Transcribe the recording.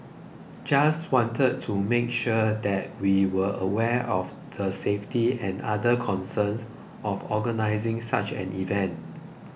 just wanted to make sure that we were aware of the safety and other concerns of organising such an event